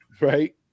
right